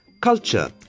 culture